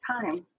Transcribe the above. time